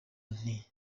nti